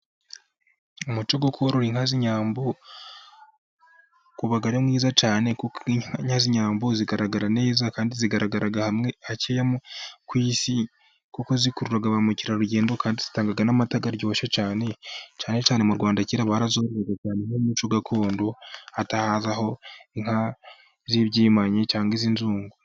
Umuco wo korora inka z'inyambo, uba ari mwiza cyane, inka z'inyambo zigaragara neza, kandi zigaragara hamwe, hakeya ku isi, kuko zikurura ba mukerarugendo, kandi zitanga n'amata yaryoshye cyane, cyane cyane mu rwanda kera barazororaga nk'umuco gakondo, hataraza inka z'ibyimanyi cyangwa iz inzungu.